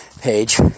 page